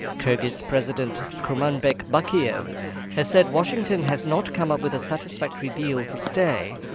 kyrgyz president kurmanbek bakiev has said washington has not come up with a satisfactory deal to stay.